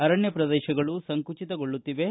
ಅರಣ್ಯ ಪ್ರದೇಶಗಳು ಸಂಕುಚಿತಗೊಳ್ಳುತ್ತಿವೆ